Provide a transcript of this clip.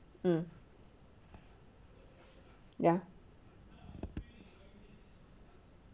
mm yea